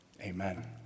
Amen